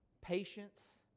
patience